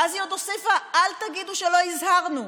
ואז היא עוד הוסיפה: אל תגידו שלא הזהרנו.